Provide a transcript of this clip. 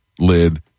lid